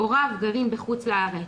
הוריו גרים בחוץ לארץ.